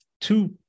two